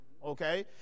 Okay